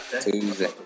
Tuesday